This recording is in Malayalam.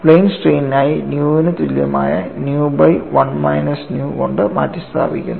പ്ലെയിൻ സ്ട്രെയിനിനായി nu ന് തുല്യമായ nu ബൈ 1 മൈനസ് nu കൊണ്ട് മാറ്റി സ്ഥാപിക്കുന്നു